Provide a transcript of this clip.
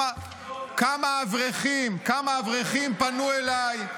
כמה אברכים פנו אליי,